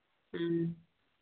ꯎꯝ